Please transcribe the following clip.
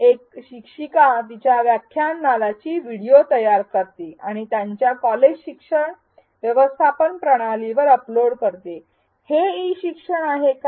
एक शिक्षिका तिच्या व्याख्यानमालेची व्हिडिओ तयार करते आणि त्यांच्या कॉलेज शिक्षण व्यवस्थापन प्रणाली वर अपलोड करते हे ई शिक्षण आहे का